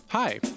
Hi